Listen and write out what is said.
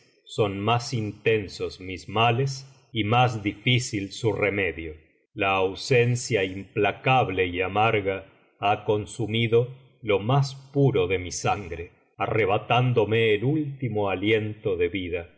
son más intensos mis males y más difícil su remedio la ausencia implacable y amarga ha consumido lo más puro de mi sangre arrebatándome el último aliento de vida